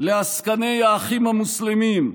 לעסקני האחים המוסלמים,